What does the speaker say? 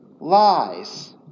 lies